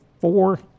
four